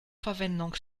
verwendung